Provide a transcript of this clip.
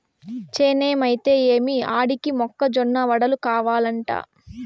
చేనేమైతే ఏమి ఆడికి మొక్క జొన్న వడలు కావలంట